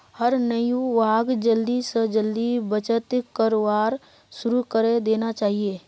हर नवयुवाक जल्दी स जल्दी बचत करवार शुरू करे देना चाहिए